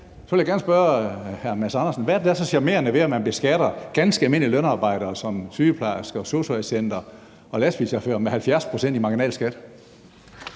der er så charmerende, ved at man beskatter ganske almindelige lønarbejdere som sygeplejersker og sosu-assistenter og lastbilchauffører med 70 pct. i marginalskat?